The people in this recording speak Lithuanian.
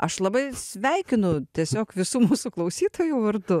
aš labai sveikinu tiesiog visų mūsų klausytojų vardu